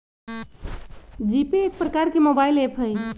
GPay एक प्रकार के मोबाइल ऐप हइ